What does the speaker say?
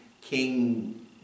King